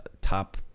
top